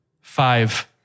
five